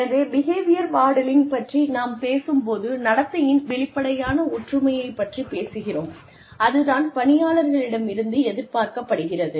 எனவே behaviour modelling பற்றி நாம் பேசும்போது நடத்தையின் வெளிப்படையான ஒற்றுமையைப் பற்றி பேசுகிறோம் அது தான் பணியாளர்களிடம் இருந்து எதிர்பார்க்கப்படுகிறது